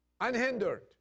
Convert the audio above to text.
Unhindered